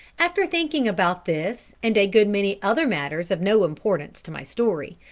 after thinking about this and a good many other matters of no importance to my story,